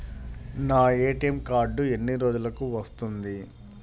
నా ATM card ఎన్ని రోజులకు వస్తుంది?